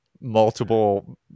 multiple